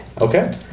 Okay